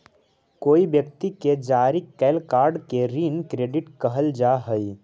कोई व्यक्ति के जारी कैल कार्ड के ऋण क्रेडिट कहल जा हई